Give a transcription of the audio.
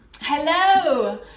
Hello